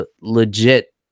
legit